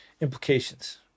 implications